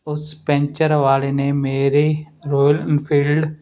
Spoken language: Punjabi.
ਉਸ ਪੈਂਚਰ ਵਾਲੇ ਨੇ ਮੇਰੇ ਰੋਇਲ ਇੰਨਫੀਲਡ